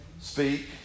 speak